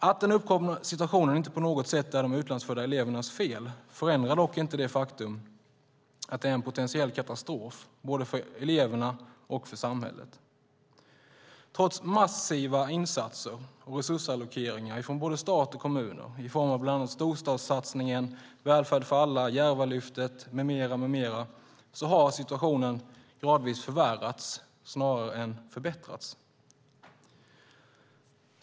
Att den uppkomna situationen inte på något sätt är de utlandsfödda elevernas fel förändrar dock inte det faktum att det är en potentiell katastrof både för eleverna och för samhället. Trots massiva insatser och resursallokeringar från både stat och kommuner i form av bland annat Storstadssatsningen, Välfärd för alla, Järvalyftet med mera, har situationen gradvis förvärrats snarare än förbättrats.